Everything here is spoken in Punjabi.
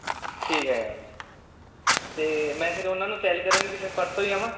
ਠੀਕ ਹੈ ਮੈਮ ਤਾਂ ਮੈਂ ਫਿਰ ਉਹਨਾਂ ਨੂੰ ਸੈਲ ਕਰਨ ਵੀ ਫਿਰ ਪਰਸੋਂ ਹੀ ਆਵਾਂ